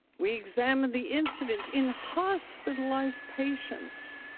we examined the incidence in hospitalized patients.